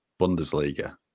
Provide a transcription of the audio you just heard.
Bundesliga